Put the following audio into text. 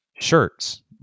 shirts